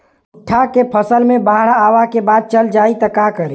भुट्टा के फसल मे बाढ़ आवा के बाद चल जाई त का करी?